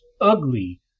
ugly